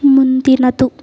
ಮುಂದಿನದು